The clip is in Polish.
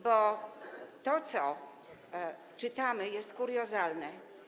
Bo to, co czytamy, jest kuriozalne.